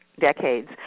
decades